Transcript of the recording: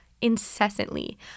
incessantly